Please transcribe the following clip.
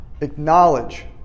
acknowledge